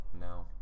No